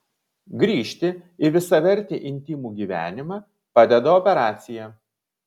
grįžti į visavertį intymų gyvenimą padeda operacija